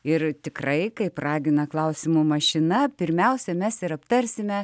ir tikrai kaip ragina klausimų mašina pirmiausia mes ir aptarsime